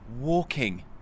walking